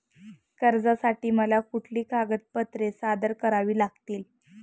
कर्जासाठी मला कुठली कागदपत्रे सादर करावी लागतील?